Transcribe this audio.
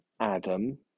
Adam